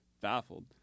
baffled